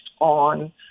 on